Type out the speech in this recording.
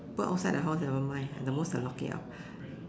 put outside the house nevermind at the most I lock it up